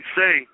say